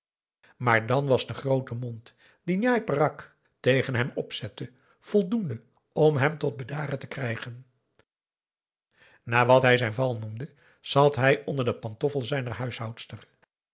maar dan was de groote mond dien njai peraq tegen hem opzette voldoende om hem tot bedaren te krijgen na wat hij zijn val noemde zat hij onder de pantoffel zijner huishoudster